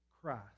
Christ